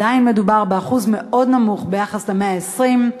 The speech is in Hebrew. אבל עדיין מדובר באחוז מאוד נמוך ביחס ל-120.